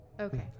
Okay